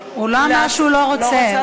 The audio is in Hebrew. הוא לא אמר שהוא לא רוצה.